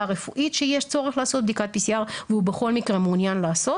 רפואית שיש צורך לעשות בדיקת PCR והוא בכל מקרה מעוניין לעשות,